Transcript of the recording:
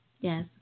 Yes